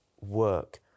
work